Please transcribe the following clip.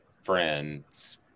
friends